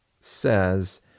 says